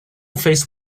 faced